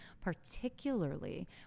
particularly